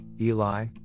Eli